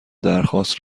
درخواست